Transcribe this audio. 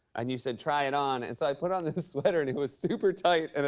and you said, try it on. and so, i put on this sweater, and it was super tight, and it,